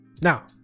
Now